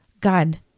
God